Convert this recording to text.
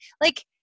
like-